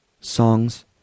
Songs